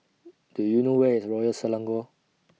Do YOU know Where IS Royal Selangor